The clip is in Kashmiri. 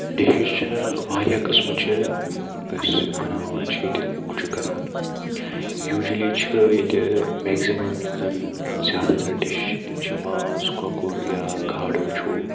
ڈِشِز چھِ واریاہ قٕسمٕچہِ یِم أسۍ بَناوان چھِ ییٚتہِ کُک چھِ کَران یوٗجولی چھِ ییٚتہِ میگزِمم یِم زَن زیادٕ تر ڈِش چھِ تِم چھِ ماز کۄکُر یا گاڈٕ وٕچھو